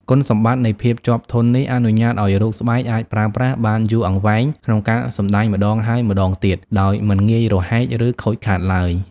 គុណសម្បត្តិនៃភាពជាប់ធន់នេះ អនុញ្ញាតឱ្យរូបស្បែកអាចប្រើប្រាស់បានយូរអង្វែងក្នុងការសម្ដែងម្ដងហើយម្ដងទៀត ដោយមិនងាយរហែក ឬខូចខាតឡើយ។